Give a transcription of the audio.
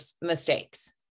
mistakes